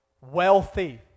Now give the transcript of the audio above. wealthy